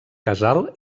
casal